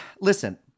listen